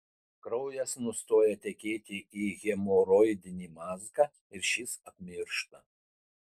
kraujas nustoja tekėti į hemoroidinį mazgą ir šis apmiršta